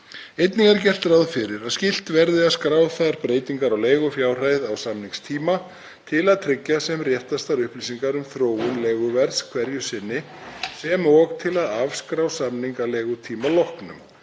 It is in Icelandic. Einnig er gert ráð fyrir að skylt verði að skrá þar breytingar á leigufjárhæð á samningstíma til að tryggja sem réttastar upplýsingar um þróun leiguverðs hverju sinni sem og til að afskrá samning að leigutíma loknum.